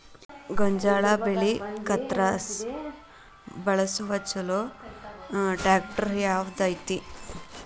ಗೋಂಜಾಳ ಬೆಳೆ ಕತ್ರಸಾಕ್ ಬಳಸುವ ಛಲೋ ಟ್ರ್ಯಾಕ್ಟರ್ ಯಾವ್ದ್ ಐತಿ?